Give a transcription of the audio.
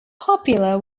popular